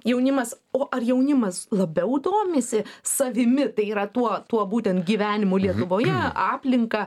jaunimas o ar jaunimas labiau domisi savimi tai yra tuo tuo būtent gyvenimu lietuvoje aplinka